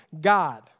God